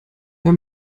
hör